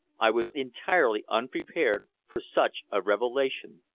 i was entirely unprepared for such a revelation.